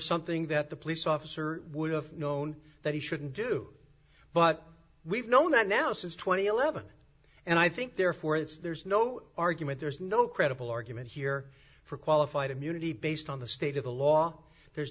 something that the police officer would have known that he shouldn't do but we've known that now since two thousand and eleven and i think therefore it's there's no argument there's no credible argument here for qualified immunity based on the state of the law there's